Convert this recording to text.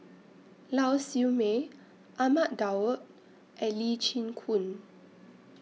Lau Siew Mei Ahmad Daud and Lee Chin Koon